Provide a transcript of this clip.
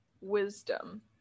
wisdom